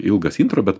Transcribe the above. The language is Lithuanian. ilgas intro bet